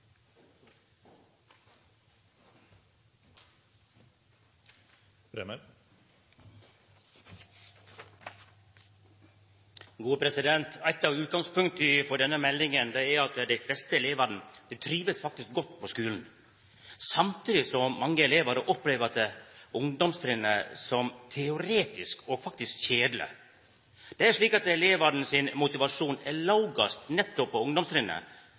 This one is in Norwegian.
at dei fleste elevane faktisk trivst godt på skulen, samtidig som mange elevar opplever ungdomstrinnet som teoretisk og kjedeleg. Det er slik at elevane sin motivasjon er lågast nettopp på ungdomstrinnet,